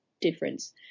difference